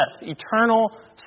eternal